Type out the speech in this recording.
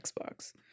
Xbox